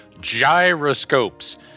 gyroscopes